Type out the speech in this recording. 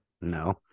No